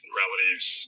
relatives